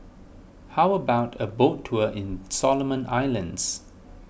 how about a boat tour in Solomon Islands